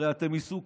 הרי אתם מסוכר,